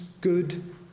good